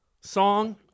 song